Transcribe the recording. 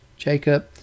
Jacob